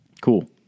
Cool